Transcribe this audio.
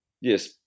yes